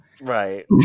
Right